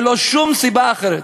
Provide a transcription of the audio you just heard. ולא שום סיבה אחרת.